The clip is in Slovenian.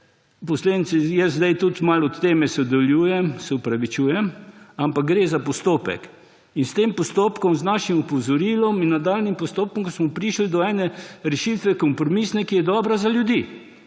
poslanci. Jaz zdaj tudi malo se od teme oddaljujem, se opravičujem, ampak gre za postopek. In s tem postopkom, z našim opozorilom in nadaljnjim postopkom, ko smo prišli do ene rešitve, kompromisne, ki je dobra za ljudi.